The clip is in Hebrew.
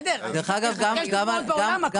אני